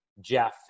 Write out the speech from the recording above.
Jeff